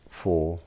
four